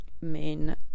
main